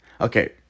Okay